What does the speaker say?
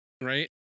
right